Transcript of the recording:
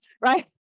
right